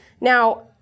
now